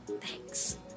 Thanks